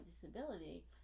disability